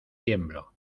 tiemblo